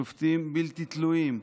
שופטים בלתי תלויים,